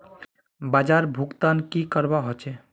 बाजार भुगतान की करवा होचे?